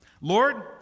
Lord